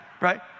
right